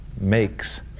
makes